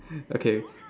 okay